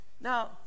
Now